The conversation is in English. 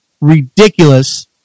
Ridiculous